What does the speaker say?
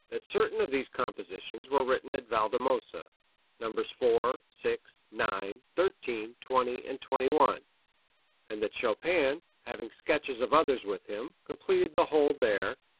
that certain of these compositions were written at valdemosa nos. four, six, nine, thirteen, twenty and twenty one and that chopin, having sketches of others with him, completed the whole there,